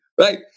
right